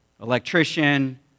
electrician